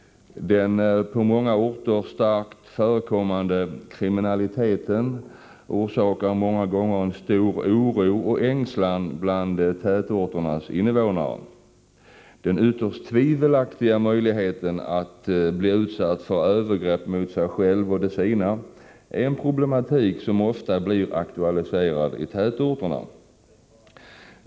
Den på många orter starkt förekommande kriminaliteten orsakar ofta en stor oro och ängslan bland tätorternas innevånare. Den ytterst tvivelaktiga möjligheten att bli utsatt för övergrepp mot sig själv och de sina är en problematik som ofta blir aktualiserad i tätorterna.